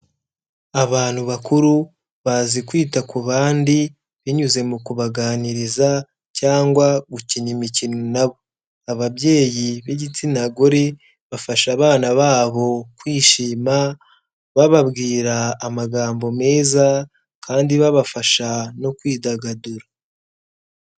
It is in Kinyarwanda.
Abantu bakuru bazi kwita ku bandi binyuze mu kubaganiriza cyangwa gukina imikino na bo, ababyeyi b'igitsina gore bafasha abana babo kwishima bababwira amagambo meza kandi babafasha no kwidagadura.